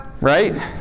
Right